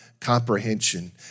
comprehension